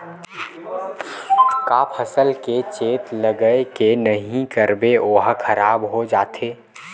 का फसल के चेत लगय के नहीं करबे ओहा खराब हो जाथे?